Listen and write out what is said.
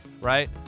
right